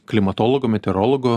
klimatologų meteorologų